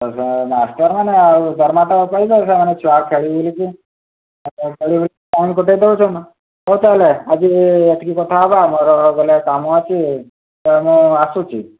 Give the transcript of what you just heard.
ଆଉ ସେ ମାଷ୍ଟର୍ମାନେ ଆଉ ଦରମା ତ ପାଇଲେ ସେମାନେ ଛୁଆ ଖେଳି ବୁଲିକି ଟାଇମ୍ କଟାଇ ଦେଉଛନ୍ତି ହେଉ ତାହେଲେ ଆଜି ଏତିକି କଥା ହେବା ମୋର ଗଲେ କାମ ଅଛି ତ ମୁଁ ଆସୁଛି